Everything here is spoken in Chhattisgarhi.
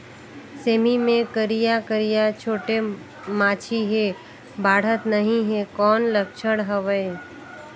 सेमी मे करिया करिया छोटे माछी हे बाढ़त नहीं हे कौन लक्षण हवय?